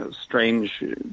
strange